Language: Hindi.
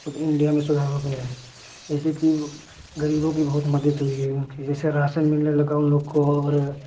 खुद इण्डिया में सुधार हो गया है जैसे की गरीबों की बहुत मदद हुई है की जैसे राशन मिलने लगा उन लोगों को और